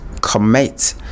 Commit